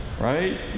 right